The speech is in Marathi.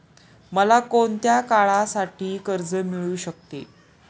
मला कोणत्या काळासाठी कर्ज मिळू शकते?